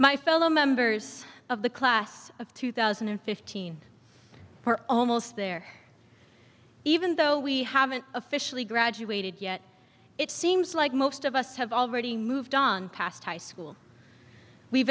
my fellow members of the class of two thousand and fifteen almost there even though we haven't officially graduated yet it seems like most of us have already moved on past high school we've